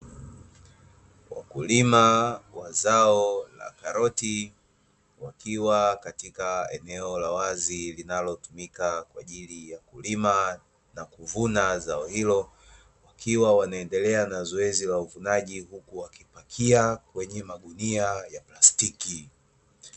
Wakulima wa zao la karoti wakiwa katika eneo la wazi wakiendelea kusubiri wakati wa kuvuna